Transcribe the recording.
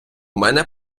мене